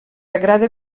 agrada